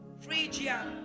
Phrygia